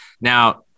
Now